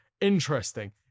interesting